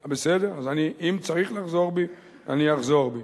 בסדר, אם צריך, אני אחזור בי.